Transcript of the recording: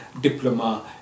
diploma